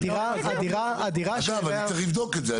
אגב, אני צריך לבדוק את זה.